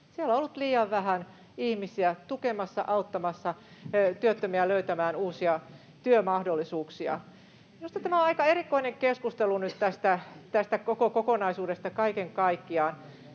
siellä on ollut liian vähän ihmisiä tukemassa, auttamassa työttömiä löytämään uusia työmahdollisuuksia. Minusta tämä on aika erikoinen keskustelu nyt tästä koko kokonaisuudesta kaiken kaikkiaan.